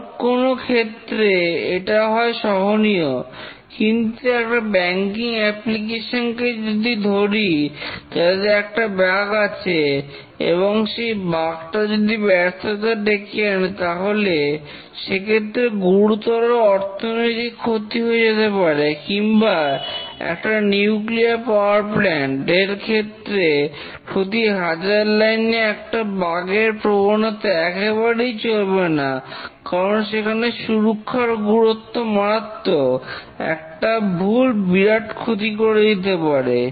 কোন কোন ক্ষেত্রে এটা হয় সহনীয় কিন্তু একটা ব্যাংকিং অ্যাপ্লিকেশন কে যদি ধরি যাতে একটা বাগ আছে এবং সেই বাগ টা যদি ব্যর্থতা ডেকে আনে তাহলে সেক্ষেত্রে গুরুতর অর্থনৈতিক ক্ষতি হয়ে যেতে পারে কিংবা একটা নিউক্লিয়ার পাওয়ার প্লান্ট এর ক্ষেত্রে প্রতি হাজার লাইনে একটা বাগ এর প্রবণতা একেবারেই চলবে না কারণ সেখানে সুরক্ষার গুরুত্ব মারাত্মক একটা ভুল বিরাট ক্ষতি করে দিতে পারে